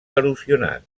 erosionat